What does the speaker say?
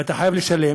ואתה חייב לשלם.